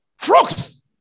Frogs